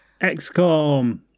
XCOM